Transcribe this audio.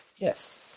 Yes